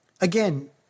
Again